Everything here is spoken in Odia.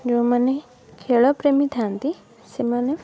ଯେଉଁମାନେ ଖେଳପ୍ରେମୀ ଥାଆନ୍ତି ସେମାନେ